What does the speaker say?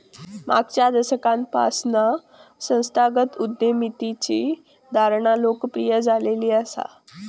मागच्या दशकापासना संस्थागत उद्यमितेची धारणा लोकप्रिय झालेली हा